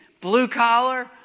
blue-collar